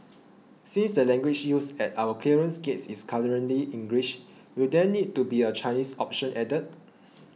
since the language used at our clearance gates is currently English will there need to be a Chinese option added